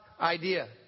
idea